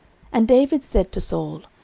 and david said to saul,